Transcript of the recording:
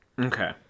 okay